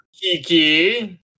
Kiki